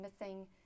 missing